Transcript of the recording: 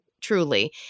truly